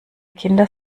kinder